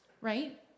right